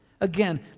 again